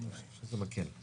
זה מקל.